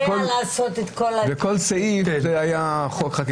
לגבי הסיפה שאומרת "מכוח כל דין